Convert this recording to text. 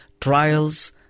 trials